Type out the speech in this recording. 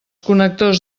connectors